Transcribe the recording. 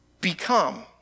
become